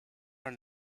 are